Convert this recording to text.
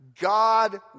God